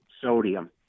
sodium